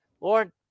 Lord